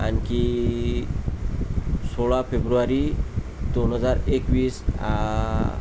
आणखी सोळा फेब्रुवारी दोन हजार एकवीस